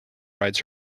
rides